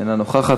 אינה נוכחת,